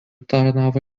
tarnavo